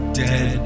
dead